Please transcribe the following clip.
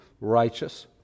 righteous